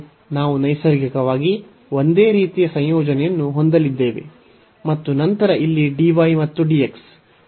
ನಾವು ನೈಸರ್ಗಿಕವಾಗಿ ಒಂದೇ ರೀತಿಯ ಸಂಯೋಜನೆಯನ್ನು ಹೊಂದಲಿದ್ದೇವೆ ಮತ್ತು ನಂತರ ಇಲ್ಲಿ dy ಮತ್ತು dx